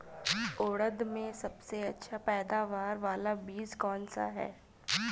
उड़द में सबसे अच्छा पैदावार वाला बीज कौन सा है?